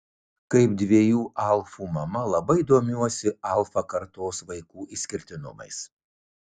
kaip dviejų alfų mama labai domiuosi alfa kartos vaikų išskirtinumais